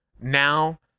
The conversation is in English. now